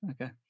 Okay